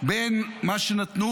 בין מה שנתנו